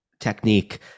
Technique